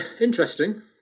interesting